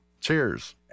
cheers